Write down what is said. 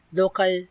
local